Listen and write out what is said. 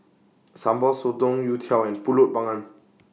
Sambal Sotong Youtiao and Pulut Panggang